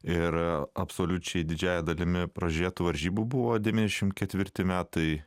ir absoliučiai didžiąja dalimi pražiūrėtų varžybų buvo devyniasdešimt ketvirti metai